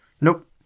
Nope